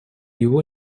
его